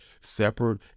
Separate